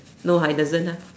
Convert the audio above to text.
no ah it doesn't ah